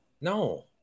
No